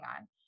on